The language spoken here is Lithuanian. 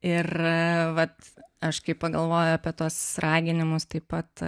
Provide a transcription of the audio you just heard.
ir vat aš kai pagalvoju apie tuos raginimus taip pat